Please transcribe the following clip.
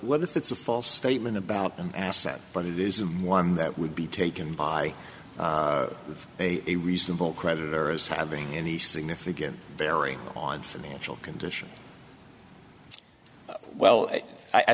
what if it's a false statement about an asset but it isn't one that would be taken by a reasonable creditor as having any significant bearing on financial condition well i